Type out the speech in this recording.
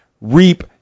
reap